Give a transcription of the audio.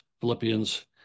Philippians